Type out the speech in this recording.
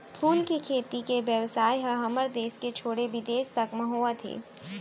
फूल के खेती के बेवसाय ह हमर देस के छोड़े बिदेस तक म होवत हे